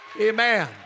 Amen